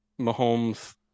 Mahomes